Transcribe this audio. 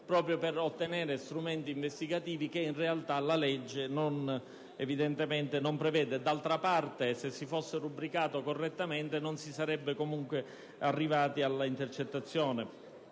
proprio per ottenere strumenti investigativi che in realtà la legge non prevede. D'altra parte, se essi fossero rubricati correttamente, non si arriverebbe all'intercettazione.